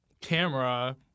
camera